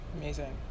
Amazing